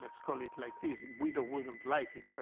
let's call it like this guido wouldn't like it, but